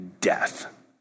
death